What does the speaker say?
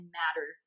matter